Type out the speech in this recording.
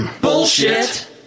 Bullshit